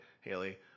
Haley